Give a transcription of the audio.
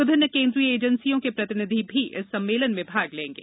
विभिन्न केंद्रीय एजेंसियों के प्रतिनिधि भी इस सम्मेलन में भाग लेंगे